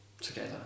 together